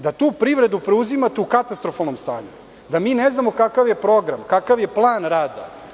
Da tu privredu preuzimate u katastrofalnom stanju, da mi ne znamo kakav je program, kakav je plan rada.